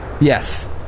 Yes